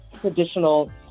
traditional